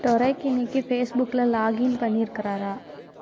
Derek இன்னைக்கு ஃபேஸ்புக்கில் login பண்ணியிருக்கிறாரா